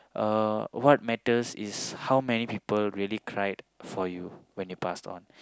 uh what matters is how many people really cried for you when you pass on